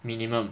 minimum